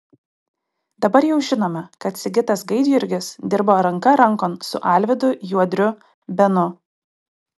dabar jau žinome kad sigitas gaidjurgis dirbo ranka rankon su alvydu juodriu benu